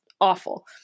awful